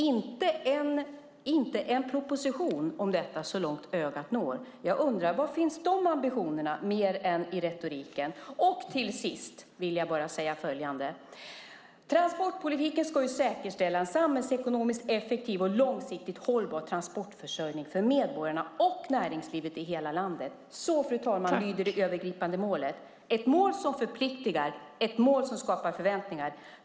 Det finns inte en enda proposition om detta så långt ögat når. Var finns de ambitionerna mer än i retoriken? Transportpolitiken ska säkerställa en samhällsekonomiskt effektiv och långsiktigt hållbar transportförsörjning för medborgarna och näringslivet i hela landet. Så, fru talman, lyder det övergripande målet. Det är ett mål som förpliktar och ett mål som skapar förväntningar.